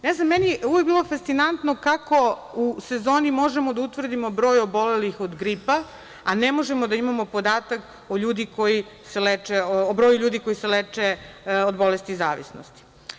Ne znam, meni je uvek bilo fascinantno kako u sezoni možemo da utvrdimo broj obolelih od gripa, a ne možemo da imamo podatak o broju ljudi koji se leče od bolesti zavisnosti.